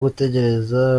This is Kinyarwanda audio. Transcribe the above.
gutegereza